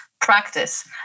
practice